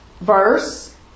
verse